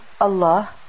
Allah